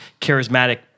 charismatic